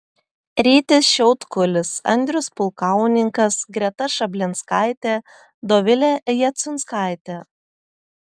rytis šiautkulis andrius pulkauninkas greta šablinskaitė dovilė jaciunskaitė